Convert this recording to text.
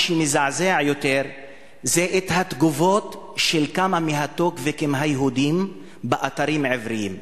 מה שמזעזע יותר זה התגובות בכמה מהטוקבקים היהודיים באתרים עבריים.